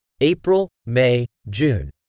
April-May-June